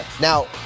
Now